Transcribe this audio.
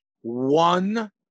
one